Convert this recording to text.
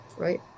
right